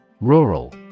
Rural